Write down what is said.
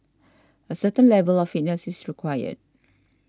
a certain level of fitness is required